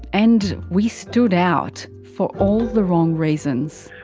and we stood out for all the wrong reasons.